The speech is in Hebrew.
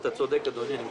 אתה צודק, אדוני.